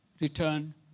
return